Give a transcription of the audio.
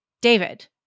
David